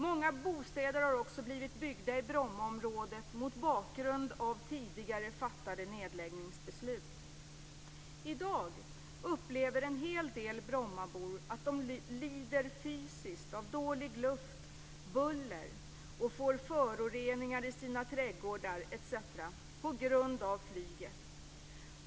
Många bostäder har också blivit byggda i Brommaområdet mot bakgrund av tidigare fattade nedläggningsbeslut. I dag upplever en hel del brommabor att de lider fysiskt av dålig luft och buller och av att de får föroreningar i sina trädgårdar på grund av flyget.